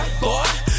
boy